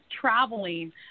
traveling